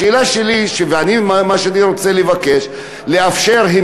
השאלה שלי ומה שאני רוצה לבקש זה לאפשר את